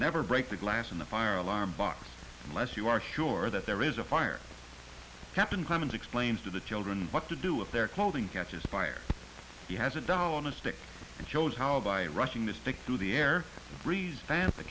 never break the glass in the fire alarm box unless you are sure that there is a fire captain clemons explains to the children what to do if their clothing catches fire he has a doll on a stick and shows how by rushing the stick through the air